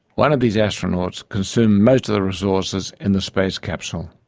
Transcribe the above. one of these astronauts consumed most of the resources in the space capsule.